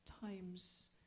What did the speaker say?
times